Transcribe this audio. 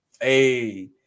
hey